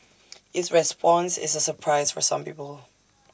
its response is A surprise for some people